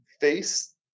face